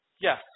Yes